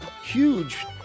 huge